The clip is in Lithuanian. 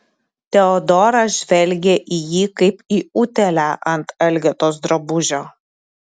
teodora žvelgė į jį kaip į utėlę ant elgetos drabužio